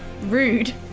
Rude